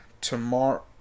tomorrow